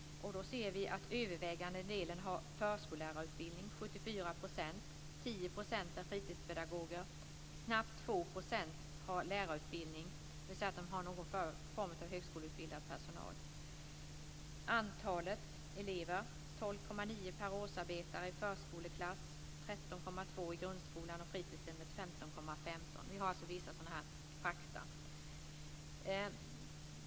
Då ser vi att den övervägande delen, 74 %, har förskollärarutbildning. 10 % är fritidspedagoger. Knappt 2 % har lärarutbildning, dvs. det finns någon form av högskoleutbildad personal. Antalet elever är 12,9 per årsarbetare i förskoleklass. Det är 13,2 i grundskolan och på fritidshemmet 15,5. Vi har alltså vissa sådana här fakta.